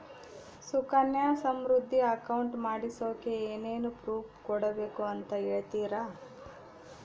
Sukanya Samriddhi account ಮಾಡಿಸೋಕೆ ಏನೇನು proof ಕೊಡಬೇಕು ಅಂತ ಹೇಳ್ತೇರಾ?